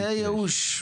זה ייאוש.